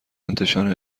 انتشار